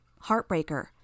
Heartbreaker